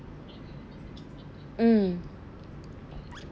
mm